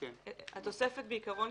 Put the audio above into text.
התוספת בעיקרון,